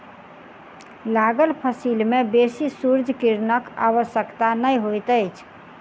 लागल फसिल में बेसी सूर्य किरणक आवश्यकता नै होइत अछि